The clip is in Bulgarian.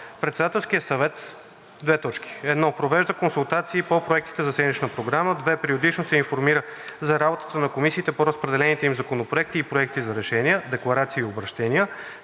Председателският съвет: 1. провежда консултации по проектите за седмична програма; 2. периодично се информира за работата на комисиите по разпределените им законопроекти и проекти за решения, декларации и обръщения;